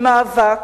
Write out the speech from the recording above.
במאבק,